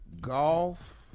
Golf